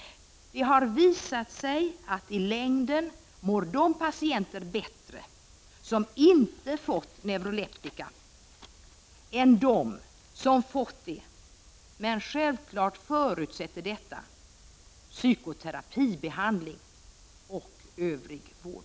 Det har visat sig att i längden mår de patienter bättre som inte har fått neuroleptika. Detta förutsätter självfallet psykoterapibehandling och övrig vård.